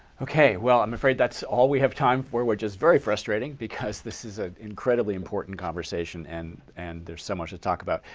well, i'm afraid that's all we have time for, which is very frustrating because this is an incredibly important conversation and and there's so much to talk about.